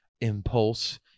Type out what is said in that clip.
impulse